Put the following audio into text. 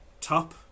top